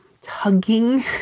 tugging